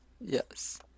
Yes